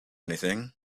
anything